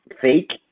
fake